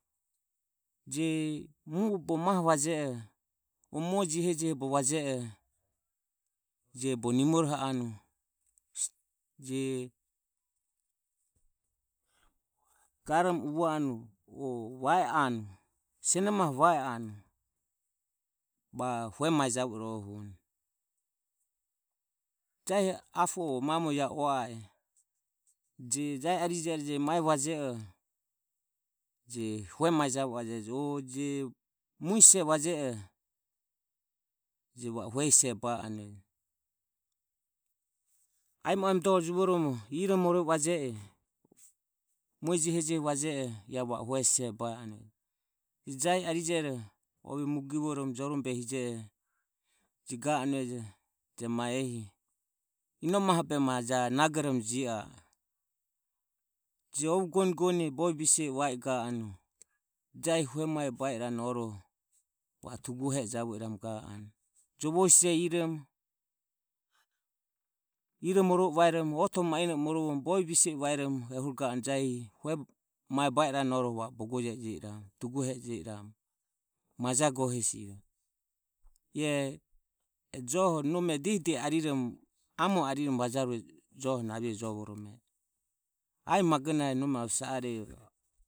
Je muoho bogo maho vaeje oho o mue jehojeho bogo vaeje oho je bogo nimoroho anue je garomo uvo anue je siono maho va o hue mae javo a e. Jahi apo o mamo hu ua a a e je jahi arije ero je hue mae javo ajejo o je mu sise vaje oho je va o hue sise bae anue aemo aemo dore juvoromo iromorove vaje oho mue jehojeho vaeje oho iae va o hue sise bae anue rohu jahi arije ero ove mugivoro jorumo behe hije oho je ga anuejo je ma ehi inomo aho o behe ja nagoromo jio a e. je ovo gonigonie va i ga anue jahi hue mae ba e rane oroho va o tugohe e javo iramu ga anue jovo sise iromo iro morove vaeromo ga anue o mueno e morovoromo ga anue jahi hue baje e mae va irono bogoje e jio iramu maja go hesi iae e joho nome diehi diehi ariromo amore ariromo vajarue joho na aveho jovoromo e e Ae magonahe nome ave sa are.